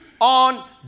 on